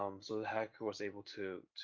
um so the hacker was able to,